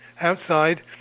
outside